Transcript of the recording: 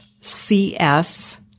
CS